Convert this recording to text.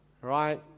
right